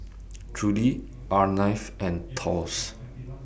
Trudie Arleth and Thos